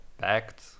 backed